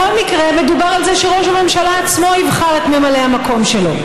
בכל מקרה מדובר על זה שראש הממשלה עצמו יבחר את ממלא המקום שלו.